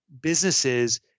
businesses